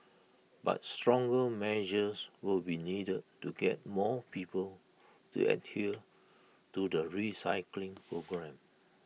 but stronger measures will be needed to get more people to adhere to the recycling program